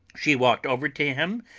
she walked over to him,